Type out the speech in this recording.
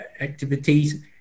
activities